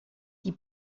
die